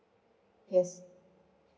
yes